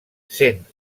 sent